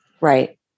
right